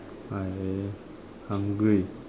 I hungry